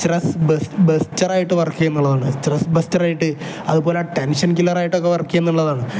stress ബെസ്റ് buster ആയിട്ട് work ചെയ്യുന്നു എന്നുള്ളതാണ് സ്ട്രെസ് ബെസ്റ്റർ ആയിട്ട് അതുപോലെ ആ ടെൻഷൻ കില്ലർ ആയിട്ടൊക്കെ വർക്ക് ചെയ്യുന്നു എന്നുള്ളതാണ്